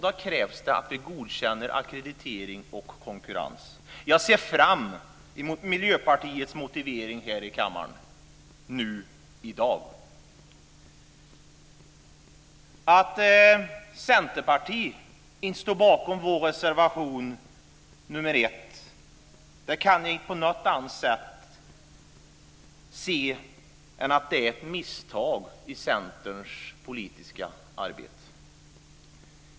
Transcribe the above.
Då krävs det att vi godkänner ackreditering och konkurrens. Jag ser fram emot Miljöpartiets motivering här i kammaren nu i dag. Att Centerpartiet inte står bakom vår reservation nr 1 kan jag inte se på något annat sätt än som ett misstag i Centerns politiska arbete.